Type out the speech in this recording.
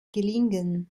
gelingen